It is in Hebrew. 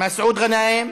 מסעוד גנאים,